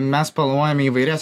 mes planuojame įvairias